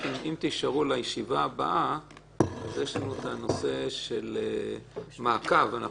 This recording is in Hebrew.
אם תישארו לישיבה הבאה יש לנו הנושא של מעקב כי